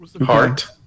Heart